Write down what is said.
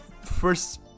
first